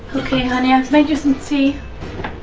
ok honey i've made you some tea